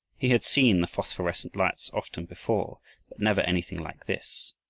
he had seen the phosphorescent lights often before, but never anything like this.